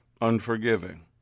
unforgiving